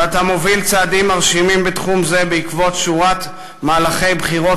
ואתה מוביל צעדים מרשימים בתחום זה בעקבות שורת מהלכי בחירות